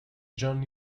john